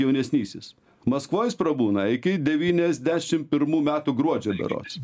jaunesnysis maskvoj jis prabūna iki devyniasdešim pirmų metų gruodžio berods